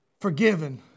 Forgiven